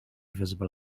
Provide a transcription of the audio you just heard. visible